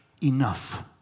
enough